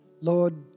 Lord